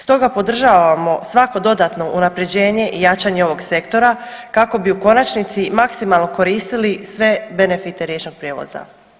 Stoga podržavamo svako dodatno unaprjeđenje i jačanje ovog sektora kako bi u konačnici maksimalno koristili sve benefite riječnog prijevoza.